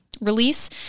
release